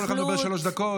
כל אחד מדבר שלוש דקות.